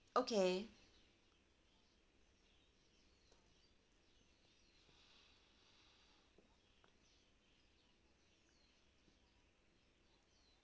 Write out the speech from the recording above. okay